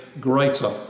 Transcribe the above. greater